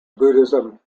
buddhism